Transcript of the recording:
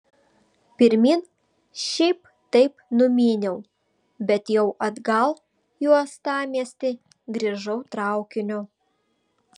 pirmyn šiaip taip numyniau bet jau atgal į uostamiestį grįžau traukiniu